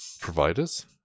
providers